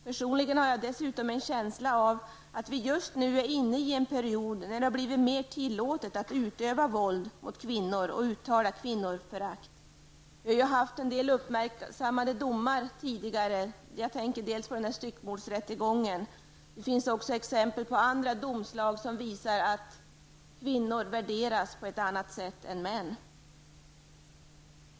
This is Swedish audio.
Jag har personligen en känsla av att vi just nu är inne i en period när det blivit mer tillåtet att utöva våld mot kvinnor och uttala kvinnoförakt. Vi har tidigare haft en del uppmärksammade domar. Jag tänker t.ex. på styckmordsrättegången. Det finns också andra exempel på domar som visar att kvinnor värderas på ett annat sätt än män.